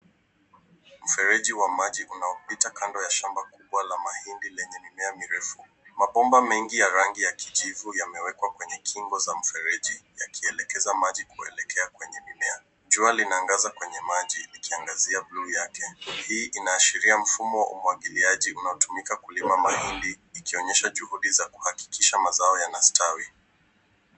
Mfereji wa maji unaopita kando ya shamba kubwa la mahindi lenye mimea mirefu. Mabomba mengi ya rangi ya kijivu yamewekwa kwenye kingo za mfereji yakielekeza maji kuelekea kwenye mimea. Jua linaangaza kwenye maji likiangazia juu yake. Hii inaashiria mfumo wa umwagiliaji unaotumika katika kilimo cha mahindi ikionyesha juhudi za kuhakikisha mazao yanastawi.